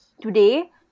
today